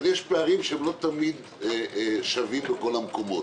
יש פערים שהם לא תמיד שווים בכל המקומות.